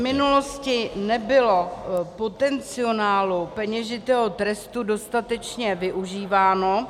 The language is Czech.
V minulosti nebylo potenciálu peněžitého trestu dostatečně využíváno.